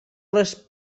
les